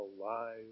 alive